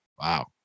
Wow